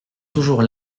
toujours